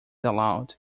allowed